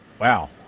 Wow